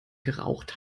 geraucht